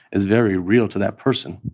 is very real to that person.